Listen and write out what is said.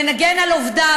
ונגן על עובדיו,